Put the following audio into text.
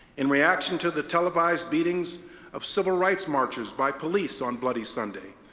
in reaction to the televised beatings of civil rights marchers by police on bloody sunday,